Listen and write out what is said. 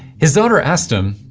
his daughter asked him,